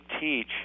teach